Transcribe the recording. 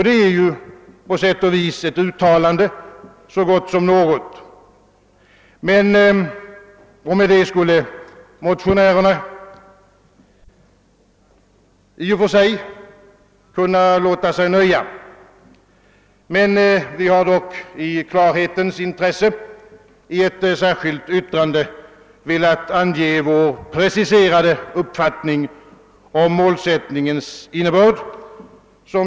Det är ju på sätt och vis ett uttalande så gott som något, och med det skulle motionärerna i och för sig kunna låta sig nöja. Vi har dock, i klarhetens intresse, i ett särskilt yttrande velat ange vår preciserade uppfattning om målsättningens innebörd.